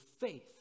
faith